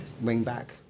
wing-back